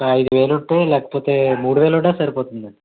ఐదు వేలు ఉంటే లేకపోతే మూడు వేలు ఉన్నా సరిపోతుందండి